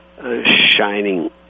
shining